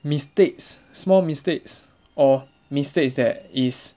mistakes small mistakes or mistakes that is